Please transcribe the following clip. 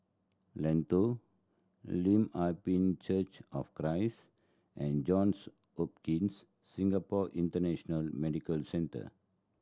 Lentor Lim Ah Pin Church of Christ and Johns Hopkins Singapore International Medical Centre